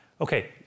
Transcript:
Okay